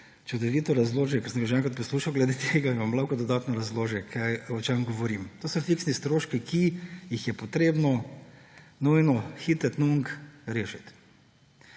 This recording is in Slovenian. čudovito razloži, ker sem ga že enkrat poslušal glede tega, in vam lahko dodatno razloži, o čem govorim. To so fiksni stroški, ki jih je potrebno nujno, hitro, hic et nunc rešiti.